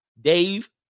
Dave